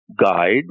guide